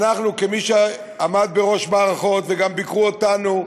אנחנו, כמי שעמדו בראש מערכות וגם ביקרו אותנו: